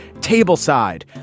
table-side